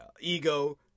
ego